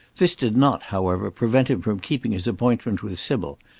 this did not, however, prevent him from keeping his appointment with sybil,